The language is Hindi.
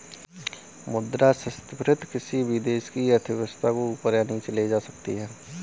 मुद्रा संस्फिति किसी भी देश की अर्थव्यवस्था को ऊपर या नीचे ले जा सकती है